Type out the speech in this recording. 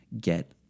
get